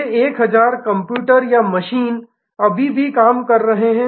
ये 1000 कंप्यूटर या मशीन अभी भी काम कर रहे हैं